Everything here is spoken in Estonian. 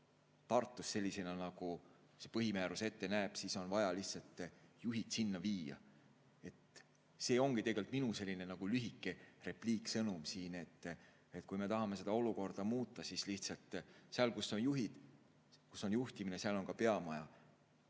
Tartus sellisena, nagu see põhimäärus ette näeb, siis on vaja lihtsalt juhid sinna viia. See ongi tegelikult minu lühike repliiksõnum: kui me tahame seda olukorda muuta, siis lihtsalt seal, kus on juhid, kus on juhtimine, seal on ka peamaja.